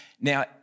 Now